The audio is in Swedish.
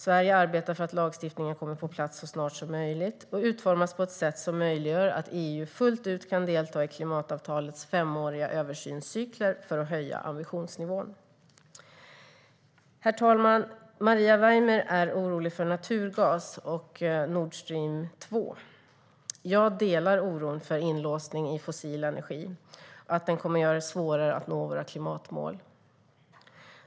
Sverige arbetar för att lagstiftningen ska komma på plats så snart som möjligt och utformas på ett sätt som möjliggör att EU fullt ut kan delta i klimatavtalets femåriga översynscykler för att höja ambitionsnivån. Herr talman! Maria Weimer är orolig för naturgas och Nordstream 2. Jag delar oron för att inlåsning i fossil energi kommer att göra det svårare att nå våra klimatmål.